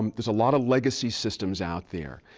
um is a lot of legacy systems out there.